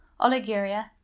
oliguria